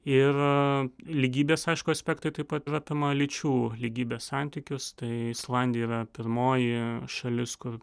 ir lygybės aišku aspektai taip pat apima lyčių lygybės santykius tai islandija yra pirmoji šalis kur